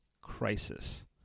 crisis